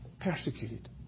persecuted